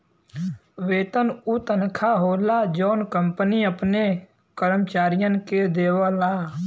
वेतन उ तनखा होला जौन कंपनी अपने कर्मचारियन के देवला